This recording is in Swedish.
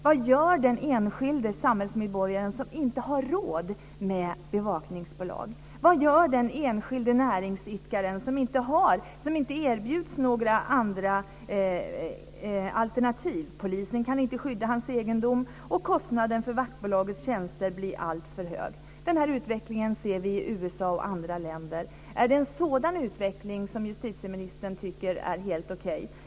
Vad gör den enskilde samhällsmedborgaren, som inte har råd med bevakningsbolag? Vad gör den enskilde näringsidkaren, som inte erbjuds några andra alternativ? Polisen kan inte skydda hans egendom, och kostnaden för vaktbolagets tjänster bli alltför hög. Den här utvecklingen ser vi i USA och i andra länder. Tycker justitieministern att en sådan utveckling är helt okej?